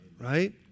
right